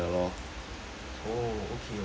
oh okay okay